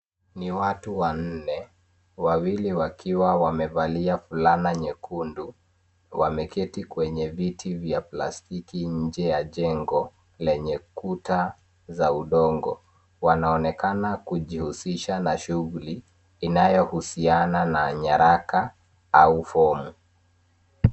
Ni watu wanne ,wawili wakiwa wamevalia fulana nyekundu wameketi kwenye viti vya plastiki nje ya jengo lenye kuta za udongo. Wanaonekana kujihusisha na shughuli inayohusiana na nyaraka au fomu.